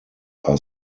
are